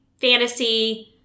fantasy